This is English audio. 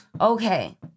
Okay